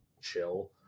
chill